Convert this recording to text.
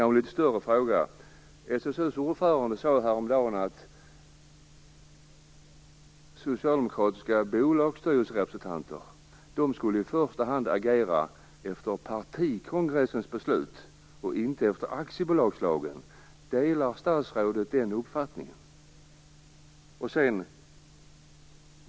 SSU:s ordförande sade häromdagen att socialdemokratiska bolagsstyrelserepresentanter i första hand skulle agera efter partikongressens beslut och inte efter aktiebolagslagen. Delar statsrådet den uppfattningen?